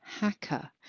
hacker